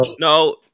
No